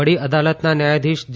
વડી અદાલતના ન્યાયાધીશ જે